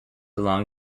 along